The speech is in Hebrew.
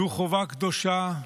זו חובה קדושה,